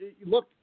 look